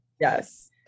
Yes